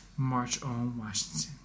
marchonwashington